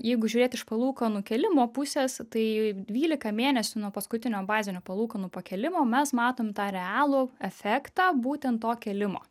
jeigu žiūrėt iš palūkanų kėlimo pusės tai dvylika mėnesių nuo paskutinio bazinių palūkanų pakėlimo mes matom tą realų efektą būtent to kėlimo